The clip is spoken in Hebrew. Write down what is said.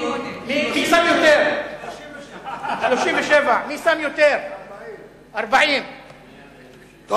28,000. 37,000. 37,000. מי שם יותר?